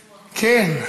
כן.